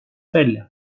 välja